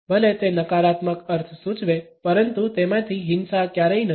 ભલે તે નકારાત્મક અર્થ સૂચવે પરંતુ તેમાંથી હિંસા ક્યારેય નથી